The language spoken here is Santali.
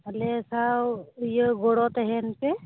ᱟᱞᱮ ᱥᱟᱶ ᱤᱭᱟᱹ ᱜᱚᱲᱚ ᱛᱟᱦᱮᱱ ᱯᱮ